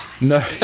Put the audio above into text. No